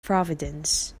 providence